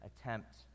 attempt